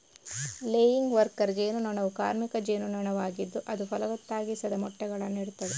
laying worker ಜೇನು ನೊಣವು ಕಾರ್ಮಿಕ ಜೇನು ನೊಣವಾಗಿದ್ದು ಅದು ಫಲವತ್ತಾಗಿಸದ ಮೊಟ್ಟೆಗಳನ್ನ ಇಡ್ತದೆ